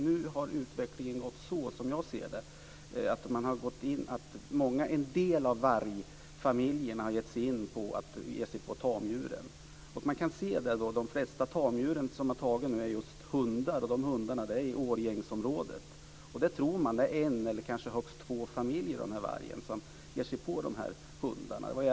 Nu har utvecklingen gått så långt att en del av vargfamiljerna har börjat ge sig på tamdjuren. De flesta tamdjuren är hundar, och så är det i Årjängsområdet. Man tror att det är en eller högst två vargfamiljer som ger sig på hundarna.